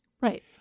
Right